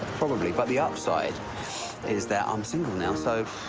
probably. but the upside is that i'm single now. so,